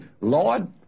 Lord